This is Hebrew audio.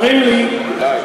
אדוני,